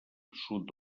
sud